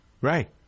Right